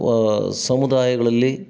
ಸಮುದಾಯಗಳಲ್ಲಿ